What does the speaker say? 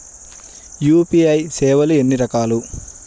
UPI సేవలు ఎన్నిరకాలు?